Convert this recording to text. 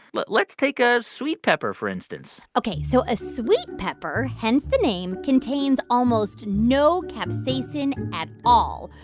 but let's take ah sweet pepper, for instance ok, so a sweet pepper, hence the name, contains almost no capsaicin at all,